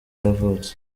yavutse